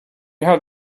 had